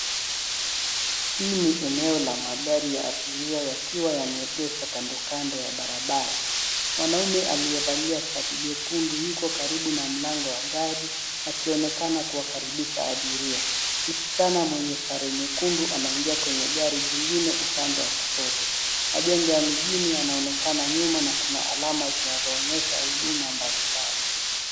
Hii ni eneo la magari ya abiria yakiwa yameegeshwa kando kando ya barabara. Mwanaume aliyevalia shati jekundu yuko karibu na mlango wa gari akionekana kuwakaribisha abiria. Msichana mwenye sare nyekundu anaingia kwenye gari jingine upande wa kushoto. Majengo ya mijini yanaonekana nyuma na kuna alama zinazoonyesha huduma mbalimbali.